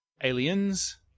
Aliens